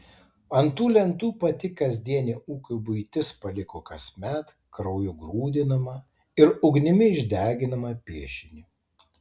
ant tų lentų pati kasdienė ūkio buitis paliko kasmet krauju grūdinamą ir ugnimi išdeginamą piešinį